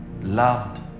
loved